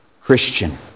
Christian